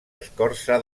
escorça